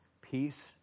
peace